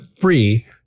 free